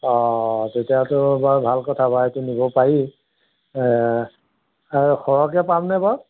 অঁ তেতিয়াতো বাৰু ভাল কথা বাৰু এইটো নিব পাৰি আৰু সৰহকৈ পামনে বাৰু